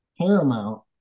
Paramount